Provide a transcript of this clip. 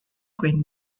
quinn